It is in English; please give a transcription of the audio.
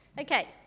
Okay